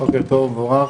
בוקר טוב ומבורך.